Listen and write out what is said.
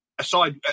aside